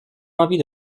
envie